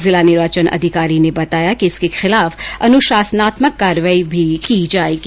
जिला निर्वाचन अधिकारी ने बताया कि इसके खिलाफ अनुशासनात्मक कार्रवाई भी की जायेगी